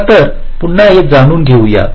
चला तर पुन्हा हे जाणून घेऊया